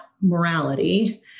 morality